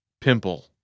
Pimple